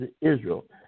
Israel